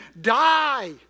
die